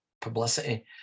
publicity